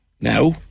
Now